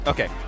Okay